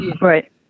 right